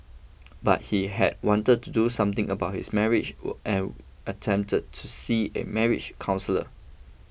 but he had wanted to do something about his marriage and attempted to see a marriage counsellor